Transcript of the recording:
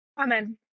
Amen